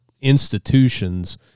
institutions